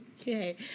Okay